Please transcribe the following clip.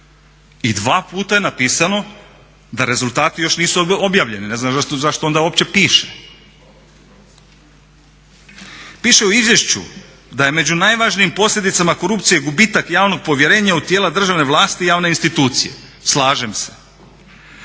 I dva puta je napisano da rezultati još nisu objavljeni, ne znaš zašto uopće piše. Piše u izvješću da je među najvažnijim posljedicama korupcije gubitak javnog povjerenja u tijela državne vlasti, javne institucije, slažem se.